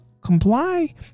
comply